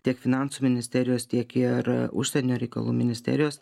tiek finansų ministerijos tiek ir užsienio reikalų ministerijos